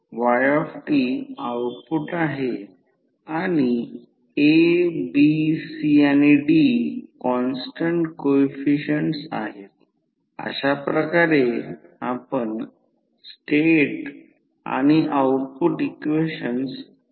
तर स्थिर असल्याने त्यांचे आयुष्य जास्त आणि ते खूप स्थिर असतात म्हणून ट्रान्सफॉर्मर स्टॅटिक डीव्हाइस बनते